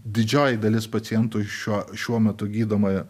didžioji dalis pacientų šiuo šiuo metu gydoma